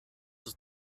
ist